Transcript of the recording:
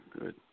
Good